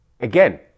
again